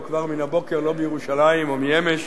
הוא כבר מן הבוקר לא בירושלים, או מאמש,